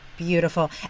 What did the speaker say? Beautiful